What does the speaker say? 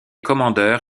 commandeur